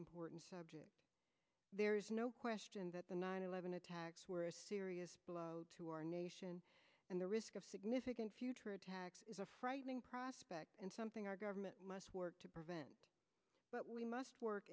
important subject there is no question that the nine eleven attacks were a serious blow to our nation and the risk of significant future attacks is a frightening prospect and something our government must work to prevent but we must work